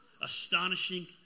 Astonishing